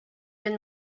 been